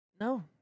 no